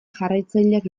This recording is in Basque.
jarraitzaileak